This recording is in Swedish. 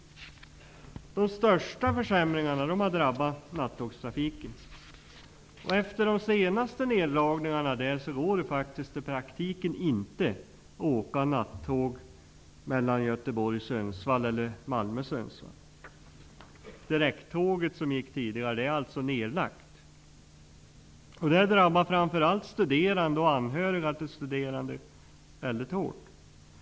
De största försämringarna har drabbat nattågstrafiken. Efter de senaste neddragningarna går det faktiskt inte i praktiken att åka tåg mellan Göteborg och Detta drabbar framför allt studerande och anhöriga till studerande väldigt hårt.